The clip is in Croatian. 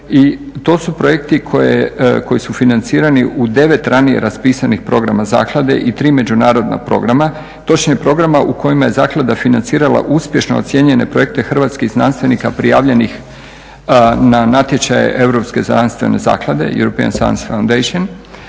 to su projekti koji su financirani u 9 ranije raspisanih programa zaklade i 3 međunarodna programa, točnije programa u kojima je zaklada financirala uspješno ocijenjene projekte hrvatskih znanstvenika prijavljenih na natječaje Europske znanstvene zaklade, European science foundation,